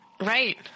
Right